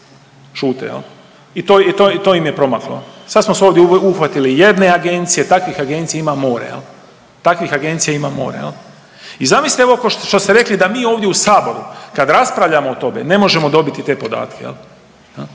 i to i to i to im je promaklo jel i sad smo se ovdje uhvatili jedne agencije, takvih agencija ima more jel, takvih agencija ima more jel. I zamislite ovo što ste rekli da mi ovdje u saboru kad raspravljamo o tome ne možemo dobiti te podatke jel,